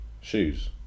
Shoes